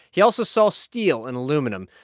he also saw steel and aluminum.